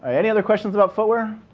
any other questions about footwear?